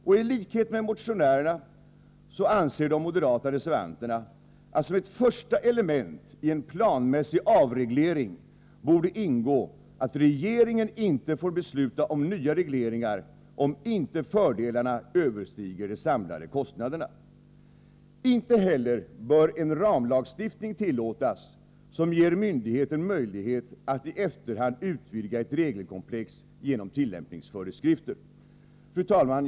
I likhet med motionärerna anser de moderata reservanterna att som ett första element ien planmässig avreglering borde ingå att regeringen inte får besluta om nya regleringar, om inte fördelarna överstiger de samlade kostnaderna. Inte heller bör en ramlagstiftning tillåtas, som ger myndigheten möjlighet att i efterhand utvidga ett regelkomplex genom tillämpningsföreskrifter. Fru talman!